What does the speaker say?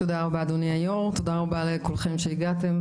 תודה רבה, אדוני היו"ר, תודה רבה לכולכם שהגעתם.